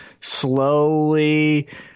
Slowly